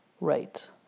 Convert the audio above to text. right